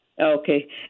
Okay